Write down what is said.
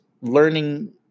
learning